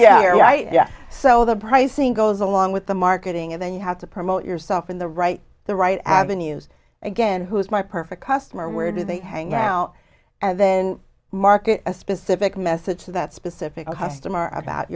so the pricing goes along with the marketing and then you have to promote yourself in the right the right avenues again who is my perfect customer where do they hang out and then market a specific message to that specific customer about